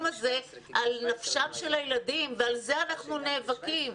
הזה על נפשם של הילדים ועל זה אנחנו נאבקים.